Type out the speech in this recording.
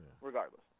regardless